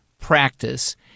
practice